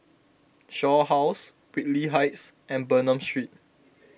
Shaw House Whitley Heights and Bernam Street